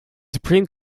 supreme